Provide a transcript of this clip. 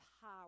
power